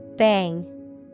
Bang